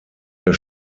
der